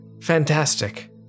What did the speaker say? fantastic